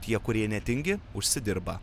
tie kurie netingi užsidirba